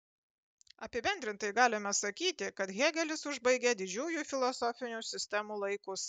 apibendrintai galime sakyti kad hėgelis užbaigė didžiųjų filosofinių sistemų laikus